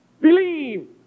Believe